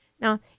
Now